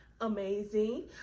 amazing